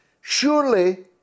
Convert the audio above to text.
surely